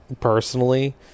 personally